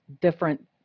different